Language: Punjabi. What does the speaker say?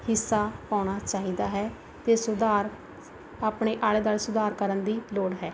ਹਿੱਸਾ ਪਾਉਣਾ ਚਾਹੀਦਾ ਹੈ ਅਤੇ ਸੁਧਾਰ ਆਪਣੇ ਆਲੇ ਦੁਆਲੇ ਸੁਧਾਰ ਕਰਨ ਦੀ ਲੋੜ ਹੈ